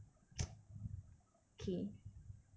okay